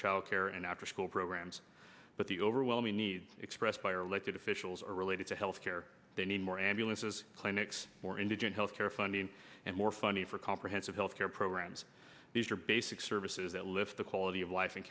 childcare and afterschool programs but the overwhelming need expressed by our elected officials are related to health care they need more ambulances clinics more indigent health care funding and more funding for comprehensive health care programs these are basic services that lift the quality of life